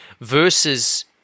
versus